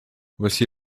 voici